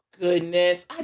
Goodness